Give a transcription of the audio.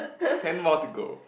ten more to go